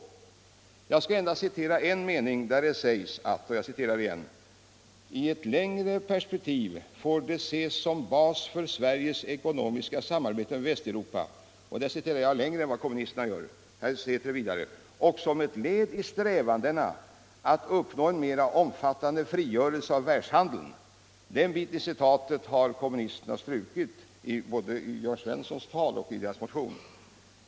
Jag skall endast citera en mening, där det sägs: ”I ett längre perspektiv får det ses som en bas för Sveriges ekonomiska samarbete med Västeuropa” — och här citerar jag längre än vad kommunisterna gör — ”och som ett led i strävandena att uppnå en mera omfattande frigörelse av världshandeln.” Den sista biten av det citatet finns inte med vare sig i motionen eller i Jörn Svenssons anförande.